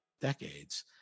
decades